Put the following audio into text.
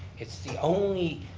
it's the only